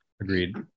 agreed